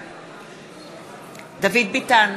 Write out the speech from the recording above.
בעד דוד ביטן,